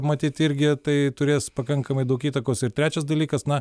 matyt irgi tai turės pakankamai daug įtakos ir trečias dalykas na